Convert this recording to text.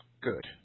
Good